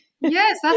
Yes